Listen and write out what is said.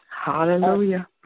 Hallelujah